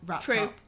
true